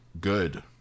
good